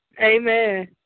Amen